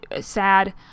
sad